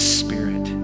spirit